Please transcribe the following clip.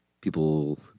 People